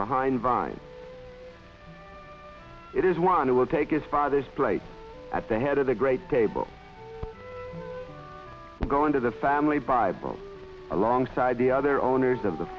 behind vines it is one who will take his father's place at the head of the great table go into the family bible alongside the other owners of the